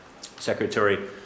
Secretary